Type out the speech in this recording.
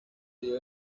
dio